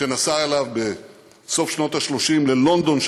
נסע אליו בסוף שנות ה-30 ללונדון,